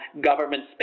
government